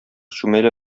чүмәлә